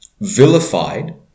vilified